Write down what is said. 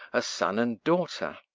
a son and daughter.